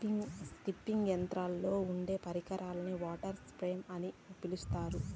spinning యంత్రంలో ఉండే పరికరాన్ని వాటర్ ఫ్రేమ్ అని పిలుత్తారు